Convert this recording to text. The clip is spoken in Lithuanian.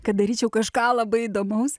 kad daryčiau kažką labai įdomaus